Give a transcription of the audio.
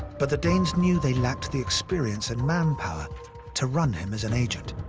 but the danes knew they lacked the experience and manpower to run him as an agent.